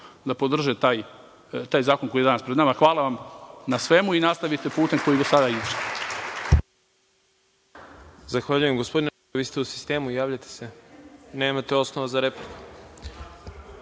da podrže taj zakon koji je danas pred nama. Hvala vam na svemu i nastavite putem koji ste i